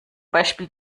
beispiel